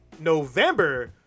November